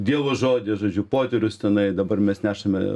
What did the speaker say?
dievo žodį žodžiu poterius tenai dabar mes nešame